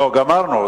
לא, גמרנו.